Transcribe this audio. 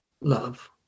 love